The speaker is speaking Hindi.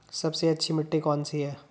सबसे अच्छी मिट्टी कौन सी है?